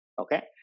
Okay